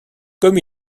comme